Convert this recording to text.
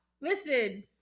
Listen